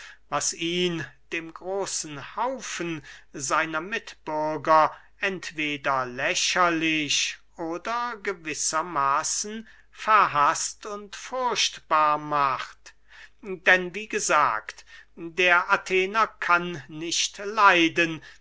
was ihn dem großen haufen seiner mitbürger entweder lächerlich oder gewisser maßen verhaßt und furchtbar macht denn wie gesagt der athener kann nicht leiden